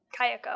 Kayako